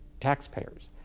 taxpayers